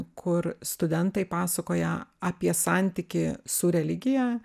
kur studentai pasakoja apie santykį su religija